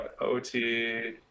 OT